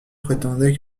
prétendait